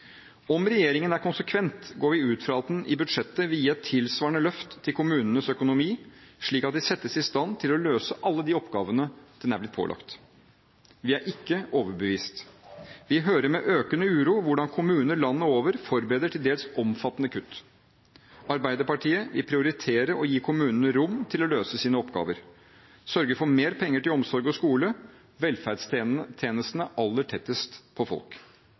Om regjeringen er konsekvent, går vi ut fra at den i budsjettet vil gi et tilsvarende løft til kommunenes økonomi, slik at de settes i stand til å løse alle de oppgavene de er blitt pålagt. Vi er ikke overbevist. Vi hører med økende uro hvordan kommuner landet over forbereder til dels omfattende kutt. Arbeiderpartiet vil prioritere å gi kommunene rom til å løse sine oppgaver og sørge for mer penger til omsorg og skole – velferdstjenestene aller tettest på folk.